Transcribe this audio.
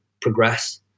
progress